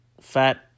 fat